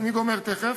אני גומר תכף.